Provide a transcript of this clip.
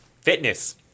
Fitness